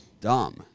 Dumb